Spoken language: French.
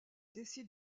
décide